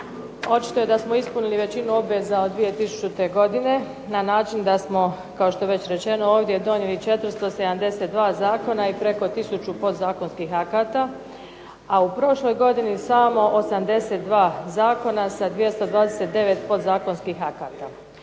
očito da smo ispunili većinu obveza od 2000. godine na način da smo kao što je već rečeno ovdje donijeli 472 zakona i preko 1000 podzakonskih akata, a u prošloj godini samo 82 zakona sa 229 podzakonskih akata.